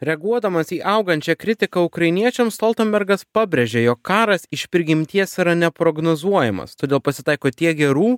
reaguodamas į augančią kritiką ukrainiečiams stoltenbergas pabrėžė jog karas iš prigimties yra neprognozuojamas todėl pasitaiko tiek gerų